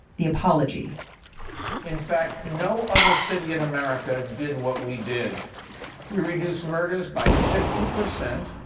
the apology in fact, no other city in america did what we did we reduced murders by fifty percent,